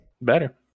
better